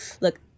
Look